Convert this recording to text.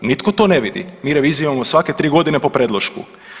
Nitko to ne vidi, mi reviziju imamo svake tri godine po predlošku.